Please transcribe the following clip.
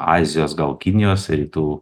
azijos gal kinijos rytų